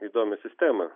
įdomią sistemą